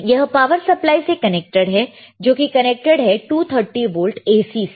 यह power supply से connected है जो कि कनेक्टेड है 230 वोल्ट AC से